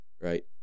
right